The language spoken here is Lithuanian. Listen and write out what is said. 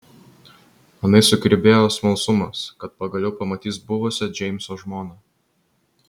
anai sukirbėjo smalsumas kad pagaliau pamatys buvusią džeimso žmoną